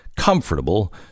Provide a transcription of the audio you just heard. Comfortable